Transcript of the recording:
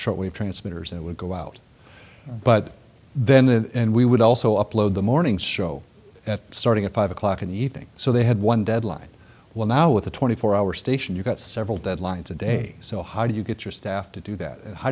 shortwave transmitters it would go out but then and we would also upload the morning show starting at five o'clock in the evening so they had one deadline well now with the twenty four hour station you've got several deadlines a day so how do you get your staff to do that